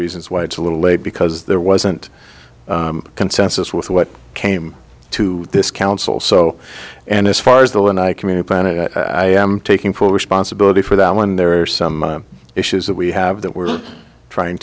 reasons why it's a little late because there wasn't a consensus with what came to this council so and as far as the when i communicate on it i am taking full responsibility for that when there are some issues that we have that we're trying